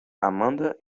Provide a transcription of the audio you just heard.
amanda